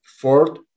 fourth